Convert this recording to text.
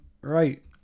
Right